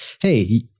hey